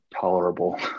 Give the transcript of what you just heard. tolerable